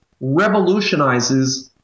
revolutionizes